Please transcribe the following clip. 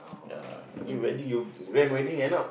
ya I mean whether you grand wedding end up